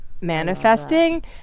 manifesting